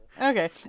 Okay